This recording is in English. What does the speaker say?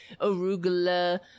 arugula